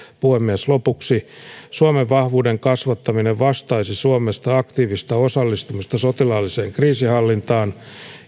puhemies lopuksi suomen vahvuuden kasvattaminen vastaisi suomen aktiivista osallistumista sotilaalliseen kriisinhallintaan